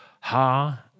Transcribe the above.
ha